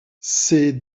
ces